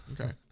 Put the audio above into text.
Okay